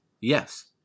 Yes